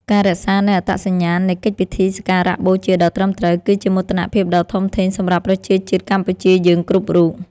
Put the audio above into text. ការរក្សានូវអត្តសញ្ញាណនៃកិច្ចពិធីសក្ការបូជាដ៏ត្រឹមត្រូវ គឺជាមោទនភាពដ៏ធំធេងសម្រាប់ប្រជាជាតិកម្ពុជាយើងគ្រប់រូប។